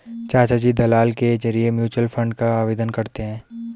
चाचाजी दलाल के जरिए म्यूचुअल फंड का आवेदन करते हैं